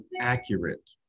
accurate